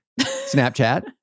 Snapchat